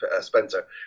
spencer